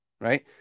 right